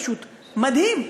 פשוט מדהים.